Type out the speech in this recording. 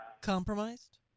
compromised